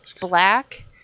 black